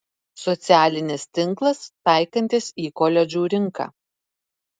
socialinis tinklas taikantis į koledžų rinką